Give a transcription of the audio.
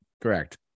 Correct